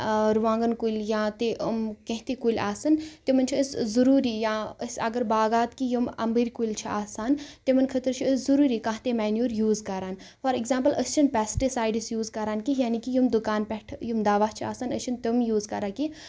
رُوانگَن کُلۍ یا تہِ کینٛہہ تہِ کُلۍ آسن تِمَن چھِ أسۍ ضروٗری یا أسۍ اَگر باغات کہِ یِم امبٕرۍ کُلۍ چھِ آسان تِمَن خٲطرٕ چھِ أسۍ ضروٗری کینٛہہ تہِ مینیو یوٗز کَران فار ایکزامپِل أسۍ چھِنہٕ پیٚسٹٕسایڈٕس یوٗز کَران کینٛہہ یعنے کہِ یِم دُکان پیٚٹھ یِم دَوا چھِ آسان أسۍ چھِنہٕ تِم یوٗز کَران کینٛہہ